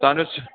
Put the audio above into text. तव्हां जो